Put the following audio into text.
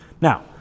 Now